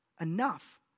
enough